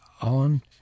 on